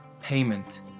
payment